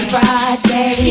Friday